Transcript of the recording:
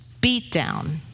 beatdown